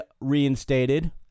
reinstated